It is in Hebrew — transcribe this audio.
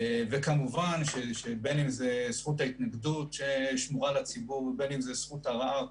וכמובן יש את זכות ההתנגדות ששמורה לציבור ואת זכות הערר,